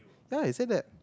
yeah he said that